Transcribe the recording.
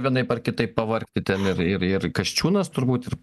vienaip ar kitaip pavargti ten ir ir ir kasčiūnas turbūt ir